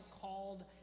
called